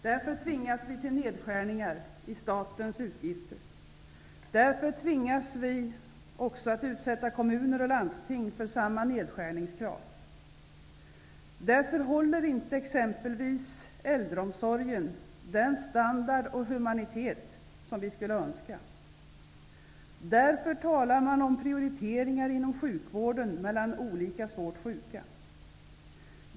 Därför tvingas vi till nedskärningar i statens utgifter. Därför tvingas vi också att utsätta kommuner och landsting för samma nedskärningskrav. Därför håller exempelvis äldreomsorgen inte den standard och humanitet som vi skulle önska. Därför talar man om prioriteringar inom sjukvården mellan olika svårt sjuka.